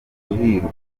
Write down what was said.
guhirwa